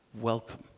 welcome